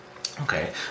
okay